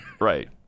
Right